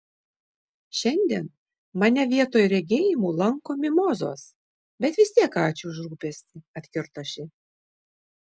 šiandien mane vietoj regėjimų lanko mimozos bet vis tiek ačiū už rūpestį atkirto ši